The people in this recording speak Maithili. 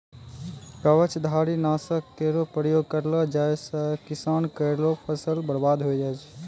कवचधारी? नासक केरो प्रयोग करलो जाय सँ किसान केरो फसल बर्बाद होय जाय छै